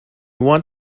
want